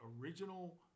original